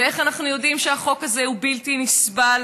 ואיך אנחנו ידועים שהחוק הזה הוא בלתי נסבל